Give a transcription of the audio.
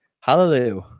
hallelujah